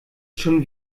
schon